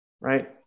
right